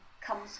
comes